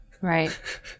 Right